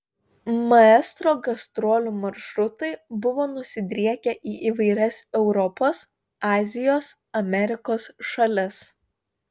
maestro gastrolių maršrutai buvo nusidriekę į įvairias europos azijos amerikos šalis